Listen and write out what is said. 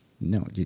No